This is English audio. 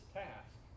task